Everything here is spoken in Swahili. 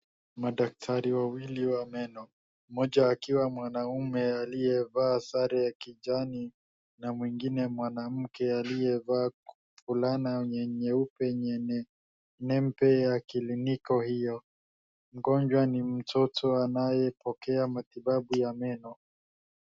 Madaktari wawili wa meno, mmoja akiwa mwanaume aliyevaa sare ya kijani na mwingine mwanamke aliyevaa fulana nyeupe yenye nembo ya kliniki hiyo. Mgonjwa ni mtoto anayepokea matibabu ya meno.